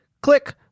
Click